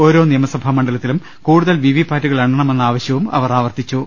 ഓരോ നിയമസഭാ മണ്ഡലത്തിലും കൂടുതൽ വി വി പാറ്റുകൾ എണ്ണണ മെന്ന ആവശ്യവും അവർ ആവർത്തിച്ചു